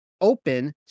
open